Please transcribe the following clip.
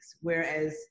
Whereas